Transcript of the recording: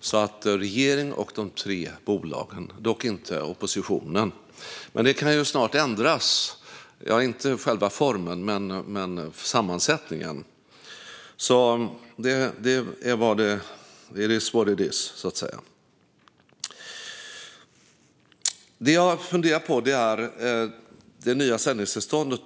form. Regeringen och de tre bolagen, men inte oppositionen, träffas alltså. Detta kan dock snart ändras - ja, inte själva formen utan sammansättningen. It is what it is. Min fundering gäller det nya sändningstillståndet.